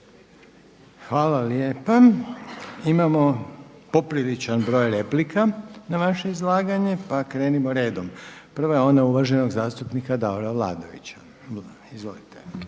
Hvala lijepa. Imamo popriličan broj replika na vaše izlaganje. Pa krenimo redom. Prva je ona uvaženog zastupnika Davora Vlaovića. Izvolite.